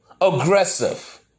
aggressive